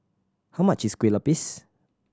how much is Kuih Lopes